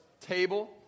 table